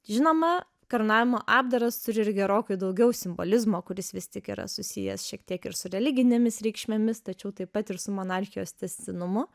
žinoma karūnavimo apdaras turi ir gerokai daugiau simbolizmo kuris vis tik yra susijęs šiek tiek ir su religinėmis reikšmėmis tačiau taip pat ir su monarchijos tęstinumu